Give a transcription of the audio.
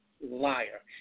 liar